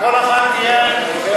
על כל אחת תהיה רוויזיה?